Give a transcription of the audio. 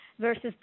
versus